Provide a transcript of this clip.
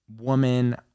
woman